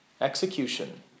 execution